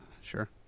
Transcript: Sure